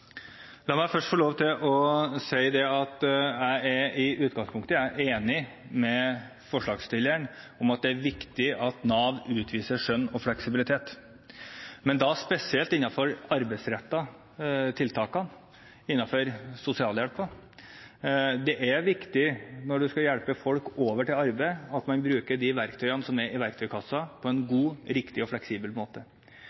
å si at jeg i utgangspunktet er enig med forslagstillerne i at det er viktig at Nav utviser skjønn og fleksibilitet, men da spesielt innenfor de arbeidsrettede tiltakene, innenfor sosialhjelpen. Det er viktig når man skal hjelpe folk over i arbeid, at man bruker de verktøyene som er i verktøykassen på en god, riktig og fleksibel måte.